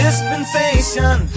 Dispensation